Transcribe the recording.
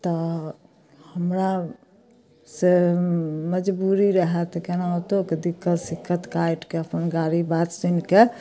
तऽ हमरासँ मजबूरी रहय तऽ केनाहुतोके दिक्कत सिक्कत काटिके अपन गारि बात सुनिकऽ